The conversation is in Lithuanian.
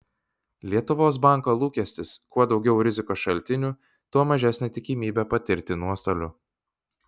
lietuvos banko lūkestis kuo daugiau rizikos šaltinių tuo mažesnė tikimybė patirti nuostolių